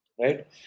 Right